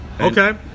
okay